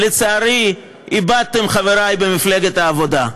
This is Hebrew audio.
לצערי, איבדתם, חברי במפלגת העבודה.